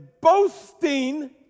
boasting